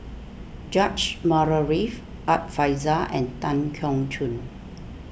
George Murray Reith Art Fazil and Tan Keong Choon